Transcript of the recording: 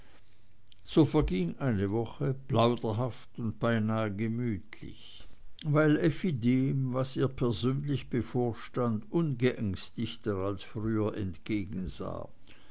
so verging eine woche plauderhaft und beinahe gemütlich weil effi dem was ihr persönlich bevorstand ungeängstigter als früher entgegensah